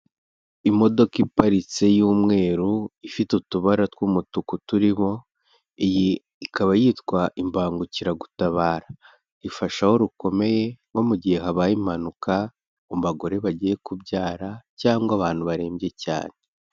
Imodoka iparitse y'umweru, ifite utubara tw'umutuku turiho, iyi ikaba yitwa imbangukiragutabara, ifasha aho rukomeye nko mu gihe habaye impanuka, mu bagore bagiye kubyara cyangwa abantu barembye cyane.